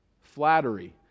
Flattery